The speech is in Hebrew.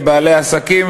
לבעלי עסקים,